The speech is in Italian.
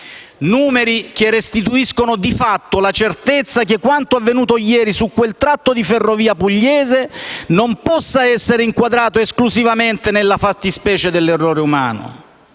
Numeri che restituiscono di fatto la certezza che quanto avvenuto ieri sul quel tratto di ferrovia pugliese non può essere inquadrato esclusivamente nella fattispecie dell'errore umano.